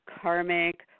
Karmic